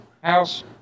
house